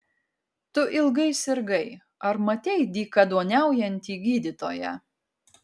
tu ilgai sirgai ar matei dykaduoniaujantį gydytoją